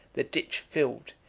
the ditch filled,